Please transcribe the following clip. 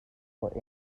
for